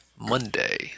Monday